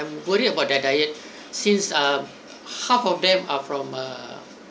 ~'m worry about their diet since half of them are from err